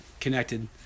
connected